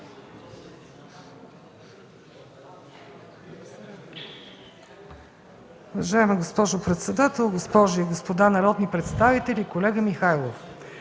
Уважаема госпожо председател, госпожи и господа народни представители! Колега Михайлова,